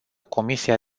comisia